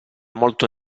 molto